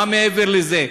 מה מעבר לזה?